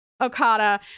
Okada